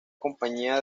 compañía